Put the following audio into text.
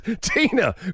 Tina